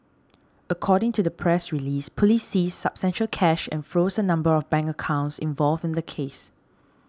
according to the press release police seized substantial cash and froze a number of bank accounts involved in the case